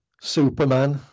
Superman